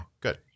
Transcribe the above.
good